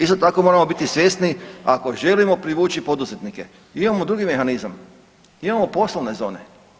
Isto tako moramo biti svjesni ako želimo privući poduzetnike imamo drugih mehanizama, imamo poslovne zone.